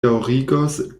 daŭrigos